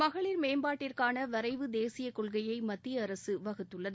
மகளிர் மேம்பாட்டிற்கான வரைவு தேசியக் கொள்கையை மத்திய அரசு வகுத்துள்ளது